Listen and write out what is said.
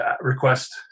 request